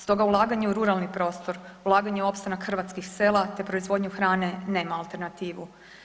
Stoga ulaganje u ruralni prostor, ulaganje u opstanak hrvatskih sela, te proizvodnju hrane nema alternativu.